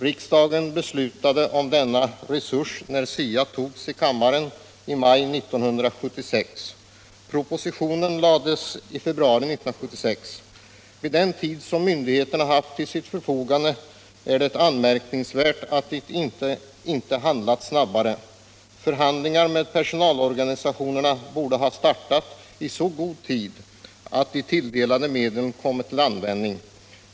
Riksdagen beslutade om denna resurs när SIA togs i kammaren i maj 1976 — propositionen lades i februari 1976. Med den tid som myndigheterna haft till sitt förfogande är det anmärkningsvärt att de inte handlat snabbare. Förhandlingarna med personalorganisationerna borde ha startat i så god tid att de tilldelade medlen kommit till användning.